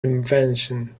invention